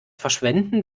verschwenden